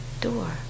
door